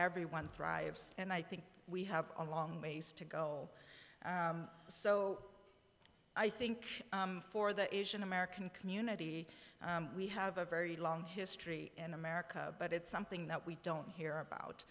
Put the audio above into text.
everyone thrives and i think we have a long ways to go so i think for the asian american community we have a very long history in america but it's something that we don't